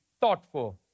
thoughtful